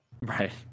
Right